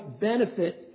benefit